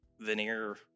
veneer